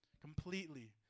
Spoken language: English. completely